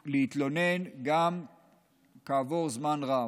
להתלונן גם כעבור זמן רב,